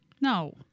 No